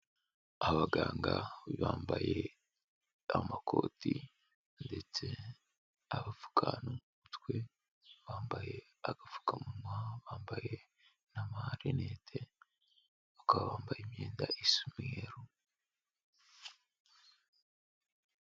Abaganga bambaye amakoti ndetse abapfuka no mu mutwe, bambaye agapfukamunwa, bambaye n'amarinete, bakaba bambaye imyenda isa umweru.